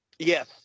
Yes